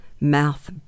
mouth